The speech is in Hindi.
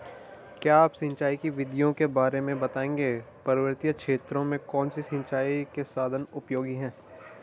क्या आप सिंचाई की विधियों के बारे में बताएंगे पर्वतीय क्षेत्रों में कौन से सिंचाई के साधन उपयोगी हैं?